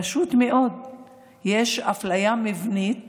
פשוט מאוד יש אפליה מבנית